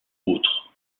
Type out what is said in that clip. autres